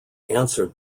answered